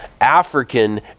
African